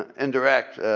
and indirect.